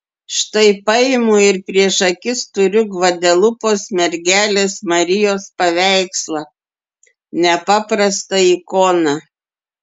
štai paimu ir prieš akis turiu gvadelupos mergelės marijos paveikslą nepaprastą ikoną